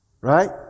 Right